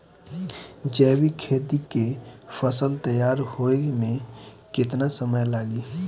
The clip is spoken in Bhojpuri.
जैविक खेती के फसल तैयार होए मे केतना समय लागी?